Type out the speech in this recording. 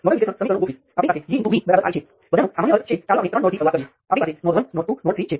હવે તમે અનુમાન કરી શકો તેમ આ વોલ્ટેજ નિયંત્રિત વોલ્ટેજ સ્ત્રોત સાથેનાં નોડલ વિશ્લેષણ માટે સમાન છે